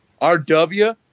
RW